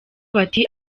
bati